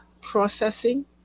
processing